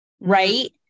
right